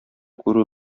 күрү